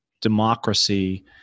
democracy